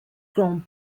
grand